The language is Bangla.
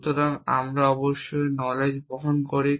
সুতরাং আমরা অবশ্যই আমাদের নলেজ বহন করি